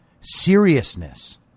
seriousness